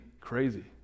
crazy